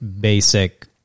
basic